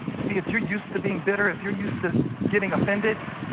see, if you're used to being bitter, if you're used to getting offended,